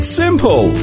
simple